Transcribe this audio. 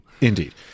Indeed